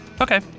Okay